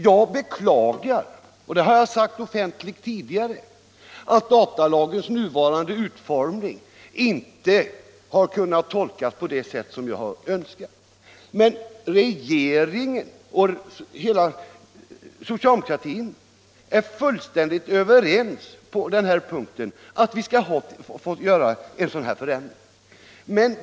Jag beklagar — det har jag sagt offentligt tidigare — att datalagen i sin nuvarande utformning inte kunnat tolkas på det sätt som jag har önskat. Men regeringen och hela socialdemokratin är fullständigt införstådd med att vi skall företa en ändring på denna punkt.